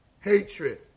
hatred